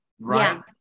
right